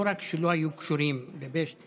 לא רק שלא היו קשורים לפשע,